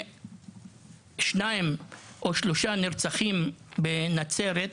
כששניים או שלושה נרצחים בנצרת,